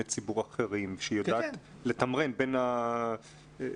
ציבור אחרים והיא יודעת לתמרן בין המשאבים השונים שברשולתה.